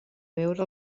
veure